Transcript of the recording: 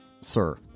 Sir